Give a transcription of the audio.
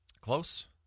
Close